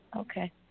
Okay